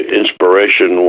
inspiration